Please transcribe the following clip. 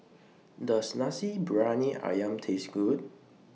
Does Nasi Briyani Ayam Taste Good